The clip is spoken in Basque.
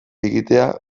egitea